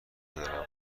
ندارم